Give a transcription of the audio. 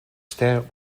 sterren